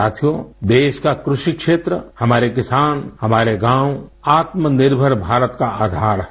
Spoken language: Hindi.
साथियो देश का कृषि क्षेत्र हमारे किसान हमारे गाँव आत्मनिर्भर भारत का आधार है